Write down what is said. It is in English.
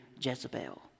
Jezebel